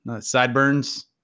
Sideburns